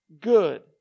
good